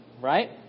right